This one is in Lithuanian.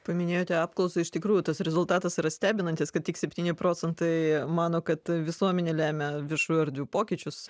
paminėjote apklausą iš tikrųjų tas rezultatas yra stebinantis kad tik septyni procentai mano kad visuomenė lemia viešųjų erdvių pokyčius